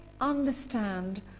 understand